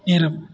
நேரம்